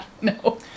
No